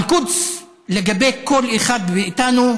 אל-קודס, לגבי כל אחד מאיתנו,